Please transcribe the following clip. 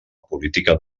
política